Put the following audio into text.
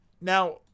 Now